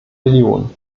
millionen